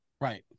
Right